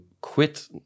quit